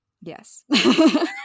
yes